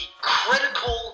critical